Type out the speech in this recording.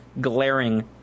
glaring